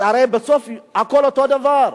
זה הרי בסוף הכול אותו הדבר,